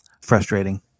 frustrating